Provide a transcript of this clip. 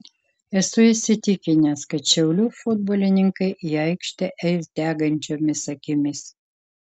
esu įsitikinęs kad šiaulių futbolininkai į aikštę eis degančiomis akimis